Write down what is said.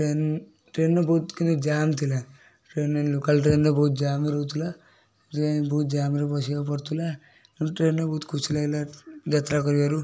train ଟ୍ରେନ୍ର ବହୁତ କିନ୍ତୁ ଜାମ୍ ଥିଲା ଟ୍ରେନ୍ରେ ଲୋକାଲ୍ ଟ୍ରେନ୍ରେ ବହୁତ ଜାମ୍ ରହୁଥିଲା ସେଥିପାଇଁ ବହୁତ ଜାମ୍ରେ ବସିବାକୁ ପଡୁଥିଲା ତେଣୁ ଟ୍ରେନ୍ରେ ବହୁତ ଖୁସି ଲାଗିଲା ଯାତ୍ରା କରିବାରୁ